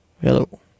hello